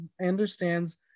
understands